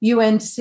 UNC